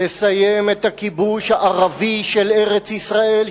לסיים את הכיבוש הערבי של ארץ-ישראל,